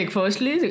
Firstly